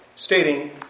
Stating